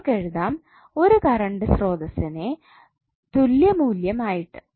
നമുക്ക് എഴുതാം ഒരു കറണ്ട് സ്ത്രോതസ്സിനെ തുല്യമൂല്യം ആയിട്ട്